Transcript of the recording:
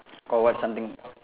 oh what something